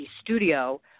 studio